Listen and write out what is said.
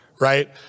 right